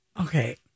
Okay